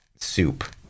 soup